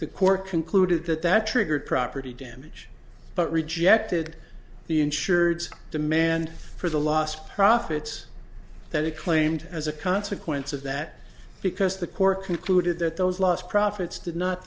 the court concluded that that triggered property damage but rejected the insureds demand for the lost profits that it claimed as a consequence of that because the court concluded that those lost profits did not